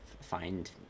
find